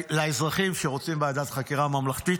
לאזרחים שרוצים ועדת חקירה ממלכתית.